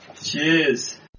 Cheers